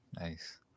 Nice